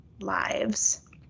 lives